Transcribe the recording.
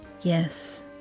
Yes